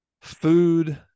food